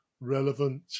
relevant